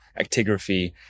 actigraphy